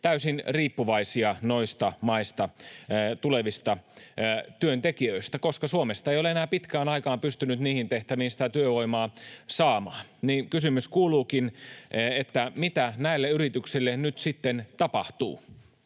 täysin riippuvaisia noista maista tulevista työntekijöistä, koska Suomesta ei ole enää pitkään aikaan pystynyt niihin tehtäviin sitä työvoimaa saamaan. Kysymys kuuluukin: Mitä näille yrityksille nyt sitten tapahtuu?